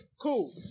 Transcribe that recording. Cool